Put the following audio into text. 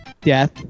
death